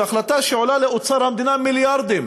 זו החלטה שעולה לאוצר המדינה מיליארדים,